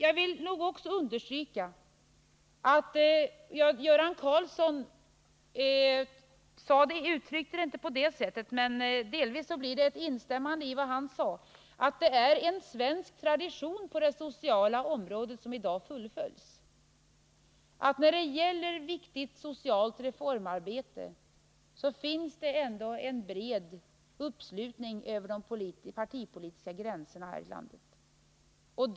Jag vill också understryka det Göran Karlsson sade om det goda samarbetet. Det är en svensk samarbetstradition på det sociala området som i dag fullföljs. När det gäller viktigt socialt reformarbete finns det en bred uppslutning över de partipolitiska gränserna här i landet.